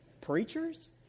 Preachers